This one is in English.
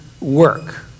work